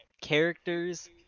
characters